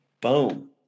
Boom